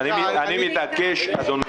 אני מתעקש, אדוני.